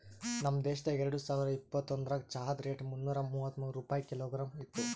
ನಮ್ ದೇಶದಾಗ್ ಎರಡು ಸಾವಿರ ಇಪ್ಪತ್ತೊಂದರಾಗ್ ಚಹಾದ್ ರೇಟ್ ಮುನ್ನೂರಾ ಮೂವತ್ಮೂರು ರೂಪಾಯಿ ಕಿಲೋಗ್ರಾಮ್ ಇತ್ತು